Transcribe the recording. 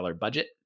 budget